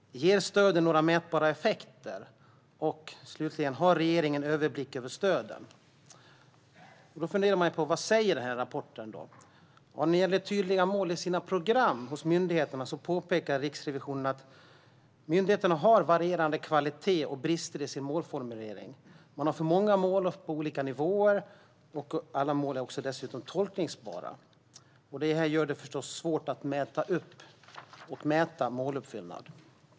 Ger stöden några mätbara effekter? Har regeringen överblick över stöden? Vad säger då rapporten? Ja, när det gäller tydliga mål i myndigheternas program påpekar Riksrevisionen att myndigheterna har varierande kvalitet och brister i sina målformuleringar. Man har för många mål på olika nivåer, och alla mål är dessutom tolkbara. Det gör det förstås svårt att mäta måluppfyllnaden.